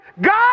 God